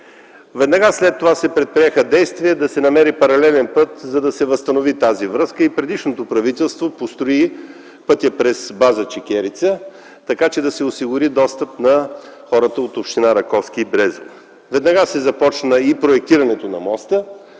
Веднага след това се предприеха действия, за да се намери паралелен път и да се възстанови тази връзка. Предишното правителство построи пътя през база „Чекерица”, за да се осигури достъп на хората от Община Раковски и Брезово. Веднага бе започнато проектирането на моста.